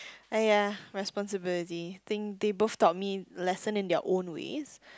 and yeah responsibility think they both taught me lesson in their own ways